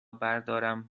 بردارم